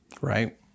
Right